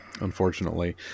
unfortunately